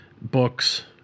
books